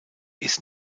ist